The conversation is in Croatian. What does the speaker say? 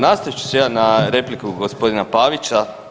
Nastavit ću se ja na repliku gospodina Pavića.